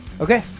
Okay